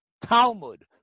Talmud